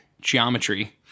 geometry